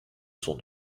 son